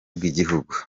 bw’igihugu